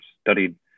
studied